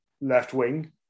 left-wing